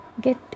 get